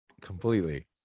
completely